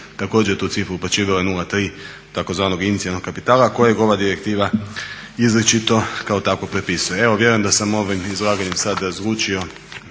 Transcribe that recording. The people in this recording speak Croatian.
također tu cifru uplaćivale 0,3 takozvanog inicijalnog kapitala kojeg ova direktiva izričito kao takvog propisuje. Evo vjerujem da sam ovim izlaganjem sad razlučio